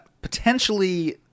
Potentially